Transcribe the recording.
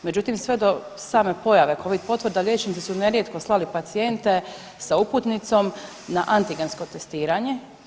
Međutim, sve do same pojave Covid potvrda liječnici su nerijetko slali pacijente sa uputnicom na antigensko testiranje.